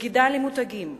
וסגידה למותגים,